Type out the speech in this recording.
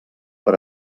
per